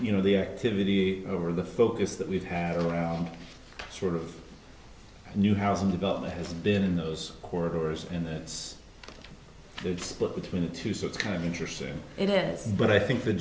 you know the activity over the focus that we've had around sort of new housing development has been in those corridors in that it's that split between the two so it's kind of interesting it is but i think the